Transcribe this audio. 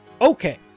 Okay